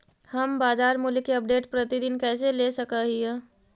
हम बाजार मूल्य के अपडेट, प्रतिदिन कैसे ले सक हिय?